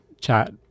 chat